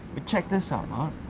but check this um out,